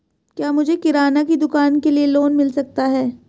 क्या मुझे किराना की दुकान के लिए लोंन मिल सकता है?